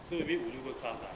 so maybe 五六个 class